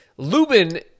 Lubin